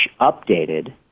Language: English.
updated